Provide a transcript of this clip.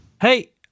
Hey